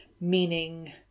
meaning